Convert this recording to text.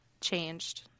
changed